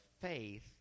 faith